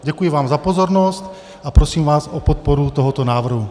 Děkuji vám za pozornost a prosím vás o podporu tohoto návrhu.